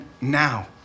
now